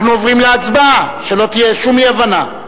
אנחנו עוברים להצבעה, שלא תהיה שום אי-הבנה.